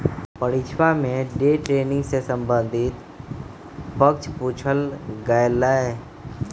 परीक्षवा में day trading से संबंधित प्रश्न पूछल गय लय